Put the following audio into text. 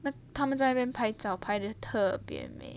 那他们在那边拍照拍得特别美